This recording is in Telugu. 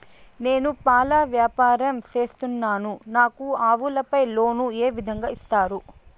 నేను పాల వ్యాపారం సేస్తున్నాను, నాకు ఆవులపై లోను ఏ విధంగా ఇస్తారు